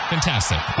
Fantastic